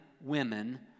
women